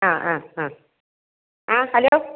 ആ ആ ആ ആ ഹലോ